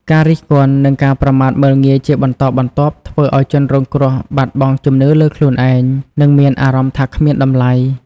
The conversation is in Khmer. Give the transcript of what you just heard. ការរិះគន់ និងការប្រមាថមើលងាយជាបន្តបន្ទាប់ ធ្វើឲ្យជនរងគ្រោះ បាត់បង់ជំនឿលើខ្លួនឯង និងមានអារម្មណ៍ថាគ្មានតម្លៃ។